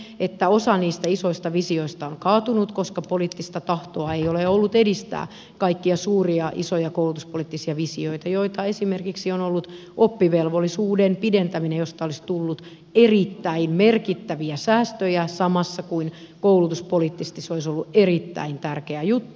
me tiedämme että osa niistä isoista visioista on kaatunut koska poliittista tahtoa ei ole ollut edistää kaikkia suuria isoja koulutuspoliittisia visioita joita esimerkiksi on ollut oppivelvollisuuden pidentäminen josta olisi tullut erittäin merkittäviä säästöjä ja joka samassa koulutuspoliittisesti olisi ollut erittäin tärkeä juttu